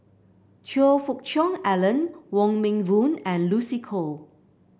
Choe Fook Cheong Alan Wong Meng Voon and Lucy Koh